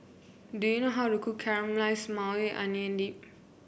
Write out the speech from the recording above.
do you know how to cook Caramelized Maui Onion Dip